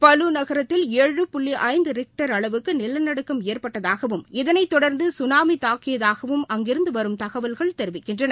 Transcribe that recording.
Palu நகரத்தில் ஏழு புள்ளி ஐந்து ரிங்டர் அளவுக்கு நிலநடுக்கம் ஏற்பட்டதாகவும் இதனைத் தொடர்ந்து சுனாமி தாக்கியதாகவும் அங்கிருந்து வரும் தகவல்கள் தெரிவிக்கின்றன